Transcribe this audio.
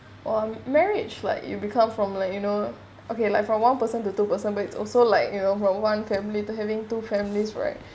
on marriage like you become from like you know okay like from one person to two person but it's also like you know from one family to having two families right